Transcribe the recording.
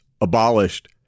abolished